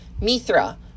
Mithra